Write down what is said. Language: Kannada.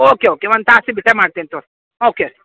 ಓಕೆ ಓಕೆ ಒಂದು ತಾಸು ಬಿಟ್ಟೇ ಮಾಡ್ತೇನೆ ತೊಗೊರಿ ಓಕೆ